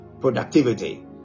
productivity